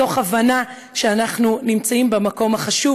מתוך הבנה שאנחנו נמצאים במקום החשוב,